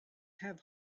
have